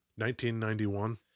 1991